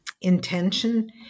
intention